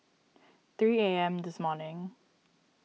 three A M this morning